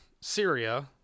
Syria